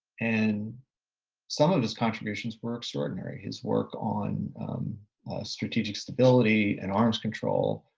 and some of his contributions were extraordinary. his work on strategic stability and arms control